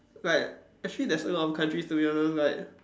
like actually there's a lot of countries to be honest like